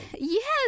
Yes